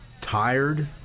tired